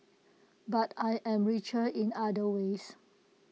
but I am richer in other ways